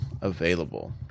available